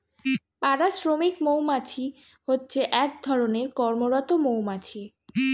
পাড়া শ্রমিক মৌমাছি হচ্ছে এক ধরণের কর্মরত মৌমাছি